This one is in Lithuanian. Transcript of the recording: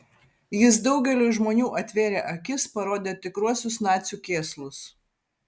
jis daugeliui žmonių atvėrė akis parodė tikruosius nacių kėslus